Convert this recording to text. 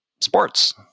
sports